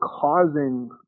causing